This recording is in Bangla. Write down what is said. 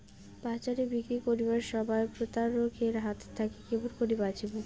বাজারে বিক্রি করিবার সময় প্রতারক এর হাত থাকি কেমন করি বাঁচিমু?